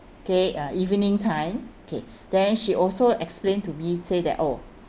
okay uh evening time okay then she also explain to me say that oh